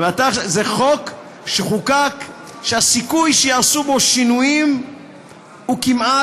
זה חוק שחוקק, שהסיכוי שייעשו בו שינויים כמעט